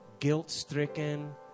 guilt-stricken